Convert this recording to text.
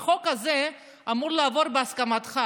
החוק הזה אמור לעבור בהסכמתך.